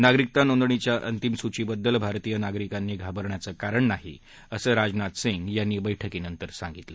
नागरिकता नोंदणीच्या अंतिम सूचीबद्दल भारतीय नागरिकांनी घाबरण्याचं कारण नाही असं राजनाथ सिंग यांनी बैठकीनंतर सांगितलं